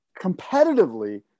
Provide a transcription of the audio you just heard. competitively